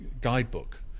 guidebook